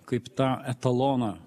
kaip tą etaloną